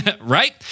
right